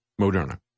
Moderna